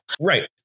Right